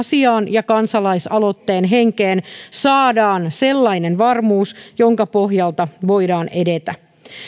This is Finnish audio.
ja kansalaisaloitteen henkeen saadaan sellainen varmuus jonka pohjalta voidaan edetä